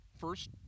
first